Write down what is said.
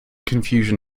confusion